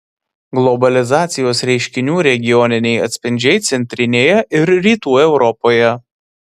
globalizacijos reiškinių regioniniai atspindžiai centrinėje ir rytų europoje